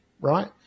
right